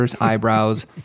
eyebrows